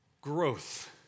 growth